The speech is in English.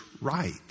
right